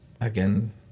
again